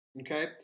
okay